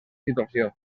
situació